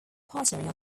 partnering